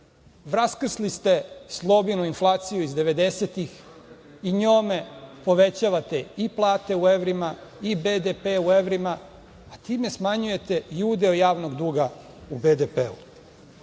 Vaskrsli ste, Slobinu inflaciju iz 90-ih i njome povećavate i platu u evrima i BDP u evrima, a time smanjujete i udeo javnog duga u BDP-u. Vama